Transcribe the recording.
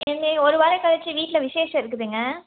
இங்கே ஒரு வாரம் கழிச்சு வீட்டில் விசேஷம் இருக்குதுங்க